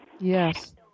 Yes